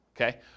okay